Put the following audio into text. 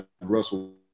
russell